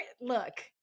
look